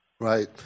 Right